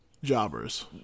Jobbers